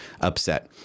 upset